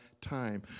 time